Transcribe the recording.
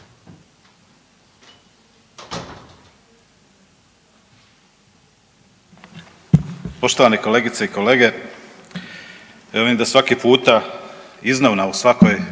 Poštovani kolegice i kolege, evo vidim da svaki puta iznova u svakoj